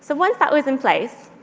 so once that was in place,